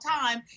time